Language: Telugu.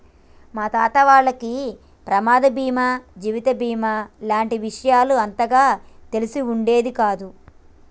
మా తాత వాళ్లకి ప్రమాద బీమా జీవిత బీమా లాంటి విషయాలు అంతగా తెలిసి ఉండేది కాదు